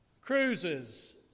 cruises